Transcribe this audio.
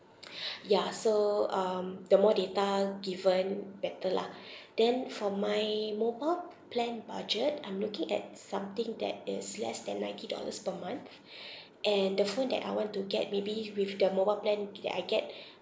ya so um the more data given better lah then for my mobile plan budget I'm looking at something that is less than ninety dollars per month and the phone that I want to get maybe with the mobile plan that I get